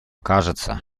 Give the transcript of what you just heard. кажется